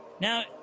Now